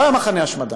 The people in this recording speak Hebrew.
לא היה מחנה השמדה.